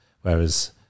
Whereas